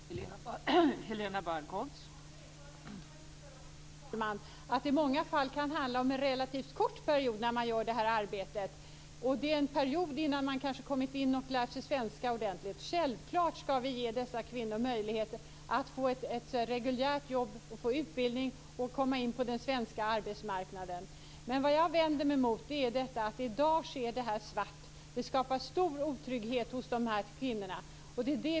Fru talman! Men erfarenheterna visar också att det i många fall kan handla om att man utför detta arbete under en relativt kort period. Det är under en period innan man kanske har lärt sig svenska ordentligt. Självklart skall vi ge dessa kvinnor möjligheter att få ett reguljärt jobb, utbildning och få komma in på den svenska arbetsmarknaden. Vad jag vänder mig emot är att i dag sker detta svart. Det skapar stor otrygghet hos dessa kvinnor.